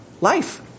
life